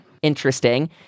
Interesting